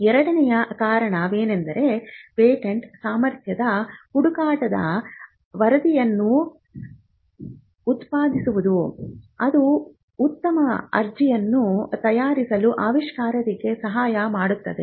ಎರಡನೆಯ ಕಾರಣವೆಂದರೆ ಪೇಟೆಂಟ್ ಸಾಮರ್ಥ್ಯದ ಹುಡುಕಾಟವು ವರದಿಯನ್ನು ಉತ್ಪಾದಿಸುತ್ತದೆ ಅದು ಉತ್ತಮ ಅರ್ಜಿಯನ್ನು ತಯಾರಿಸಲು ಆವಿಷ್ಕಾರಕರಿಗೆ ಸಹಾಯ ಮಾಡುತ್ತದೆ